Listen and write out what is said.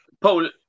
Paul